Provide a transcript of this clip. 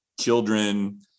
children